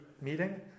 meeting